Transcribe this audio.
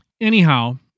Anyhow